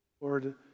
Lord